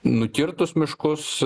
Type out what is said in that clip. nukirtus miškus